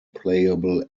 playable